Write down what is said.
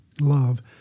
Love